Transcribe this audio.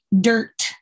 Dirt